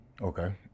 Okay